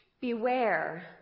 Beware